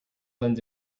lends